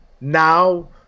now